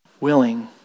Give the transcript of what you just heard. willing